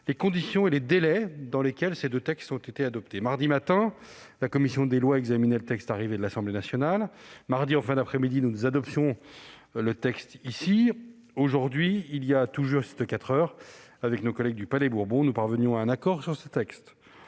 les conditions et les délais dans lesquels ils ont été adoptés. Mardi matin, la commission des lois examinait le texte arrivé de l'Assemblée nationale. Mardi, en fin d'après-midi, nous adoptions le texte. Aujourd'hui, il y a tout juste quatre heures, avec nos collègues du Palais Bourbon, nous parvenions à un accord sur ce texte.